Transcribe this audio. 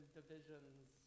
divisions